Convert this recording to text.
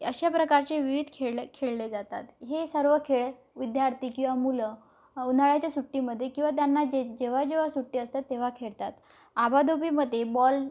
अशा प्रकारचे विविध खेळले खेळले जातात हे सर्व खेळ विद्यार्थी किंवा मुलं उन्हाळ्याच्या सुट्टीमध्ये किंवा त्यांना जे जेव्हा जेव्हा सुट्टी असतात तेव्हा खेळतात आबाधोबीमध्ये बॉल